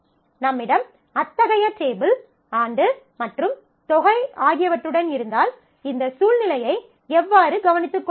நம்மிடம் அத்தகைய டேபிள் ஆண்டு மற்றும் தொகை ஆகியவற்றுடன் இருந்தால் இந்த சூழ்நிலையை எவ்வாறு கவனித்துக்கொள்வது